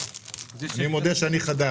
אופיר,